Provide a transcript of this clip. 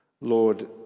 Lord